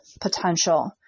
potential